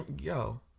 Yo